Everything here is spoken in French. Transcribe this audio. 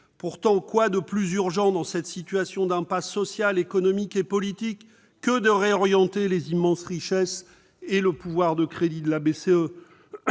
Pourtant, quoi de plus urgent dans cette situation d'impasse sociale, économique et politique que de réorienter les immenses richesses et le pouvoir de crédit de la BCE